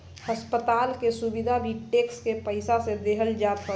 अस्पताल के सुविधा भी टेक्स के पईसा से देहल जात हवे